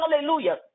Hallelujah